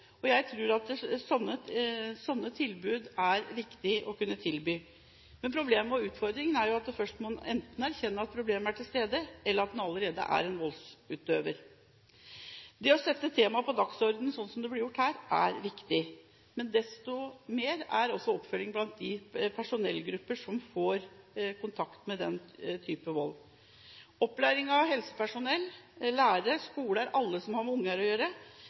nevnt. Jeg tror at det er viktig å kunne tilby sånne tilbud. Problemet og utfordringen er at man først må erkjenne at problemet er til stede, eller at man allerede er en voldsutøver. Det å sette temaet på dagsordenen, sånn som det ble gjort her, er viktig. Men desto mer viktig er oppfølgingen av de personellgruppene som får kontakt med den typen vold. Opplæring av helsepersonell, lærere, skoler, alle som har med unger å gjøre,